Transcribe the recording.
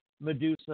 Medusa